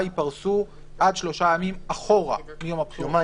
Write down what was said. יתפרסו עד שלושה ימים אחורה מיום הבחירות.